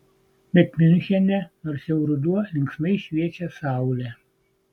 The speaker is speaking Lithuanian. bet miunchene nors jau ruduo linksmai šviečia saulė